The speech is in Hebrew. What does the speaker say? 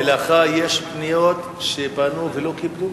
ולך יש פניות, שפנו ולא קיבלו?